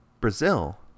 brazil